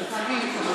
שיש להם אומץ,